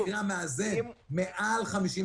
נתחיל בפרקים שעוסקים במענקים.